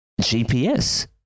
gps